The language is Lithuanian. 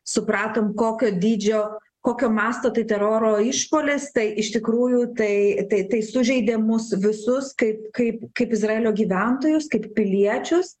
supratom kokio dydžio kokio masto tai teroro išpuolis tai iš tikrųjų tai tai tai sužeidė mus visus kaip kaip kaip izraelio gyventojus kaip piliečius